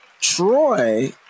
Troy